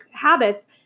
habits